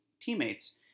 teammates